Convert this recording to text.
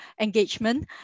engagement